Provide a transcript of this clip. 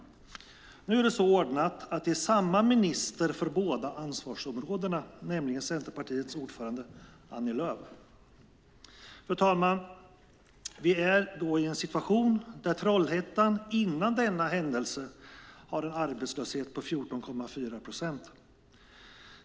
Nu är det så ordnat att det är samma minister för båda ansvarsområdena, nämligen Centerpartiets ordförande Annie Lööf. Fru talman! Vi är i en situation där Trollhättan före denna händelse hade en arbetslöshet på 14,4 procent.